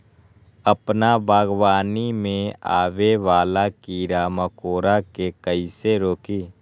अपना बागवानी में आबे वाला किरा मकोरा के कईसे रोकी?